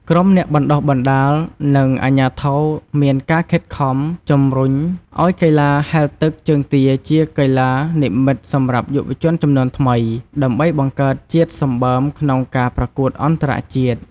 ក្រុមអ្នកបណ្តុះបណ្តាល និងអាជ្ញាធរមានការខិតខំជំរុញឱ្យកីឡាហែលទឹកជើងទាជាកីឡានិម្មិតសម្រាប់យុវជនជំនាន់ថ្មី ដើម្បីបង្កើតជាតិសម្បើមក្នុងការប្រកួតអន្តរជាតិ។